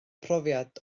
profiad